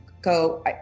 go